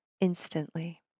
Instantly